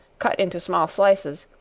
cut into small slices,